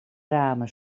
ramen